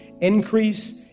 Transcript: Increase